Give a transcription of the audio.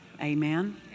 Amen